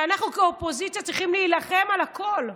שאנחנו כאופוזיציה צריכים להילחם על הכול,